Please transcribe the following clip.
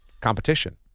competition